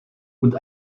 und